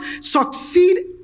succeed